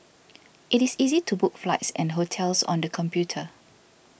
it is easy to book flights and hotels on the computer